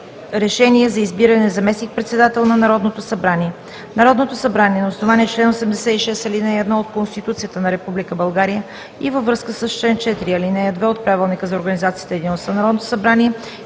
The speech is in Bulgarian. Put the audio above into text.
РЕШЕНИЕ за избиране на заместник-председател на Народното събрание Народното събрание на основание чл. 86, ал. 1 от Конституцията на Република България и във връзка с чл. 4, ал. 2 от Правилника за организацията и дейността на Народното събрание